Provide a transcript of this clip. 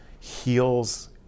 heals